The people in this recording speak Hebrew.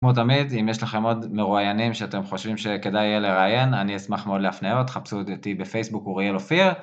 כמו תמיד, אם יש לכם עוד מרואיינים שאתם חושבים שכדאי יהיה לראיין, אני אשמח מאוד להפניות חפשו אותי בפייסבוק, אוריאל אופיר.